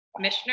Mishner